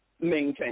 maintain